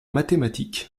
mathématiques